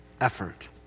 effort